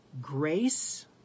grace